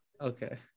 Okay